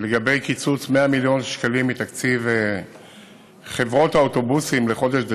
לגבי קיצוץ 100 מיליון שקלים מתקציב חברות האוטובוסים לחודש דצמבר,